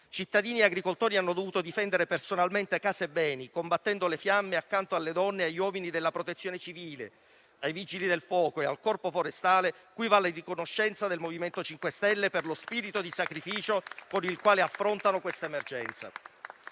Cittadini e agricoltori hanno dovuto difendere personalmente casa e beni, combattendo le fiamme accanto alle donne e agli uomini della Protezione civile, ai Vigili del fuoco e al Corpo forestale, cui va la riconoscenza del MoVimento 5 Stelle per lo spirito di sacrificio con il quale affrontano questa emergenza